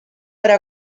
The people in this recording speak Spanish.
era